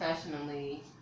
professionally